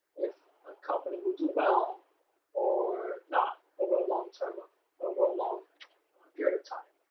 if a company will do well or not over a long term of over a long period of time.